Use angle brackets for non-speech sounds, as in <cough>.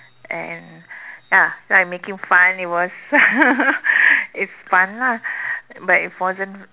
and ya like making fun it was <laughs> it's fun lah but it wasn't